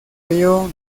ello